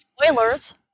Spoilers